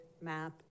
map